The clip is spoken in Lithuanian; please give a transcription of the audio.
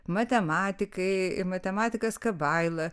matematikai ir matematikas kabaila